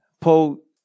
Paul